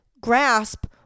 grasp